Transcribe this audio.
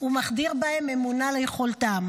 ומחדיר בהם אמונה ביכולתם,